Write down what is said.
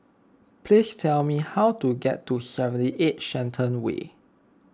please tell me how to get to seventy eight Shenton Way